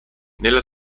nella